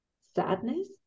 sadness